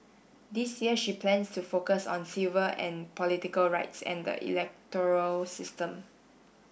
this year she plans to focus on civil and political rights and the electoral system